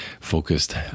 focused